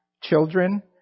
Children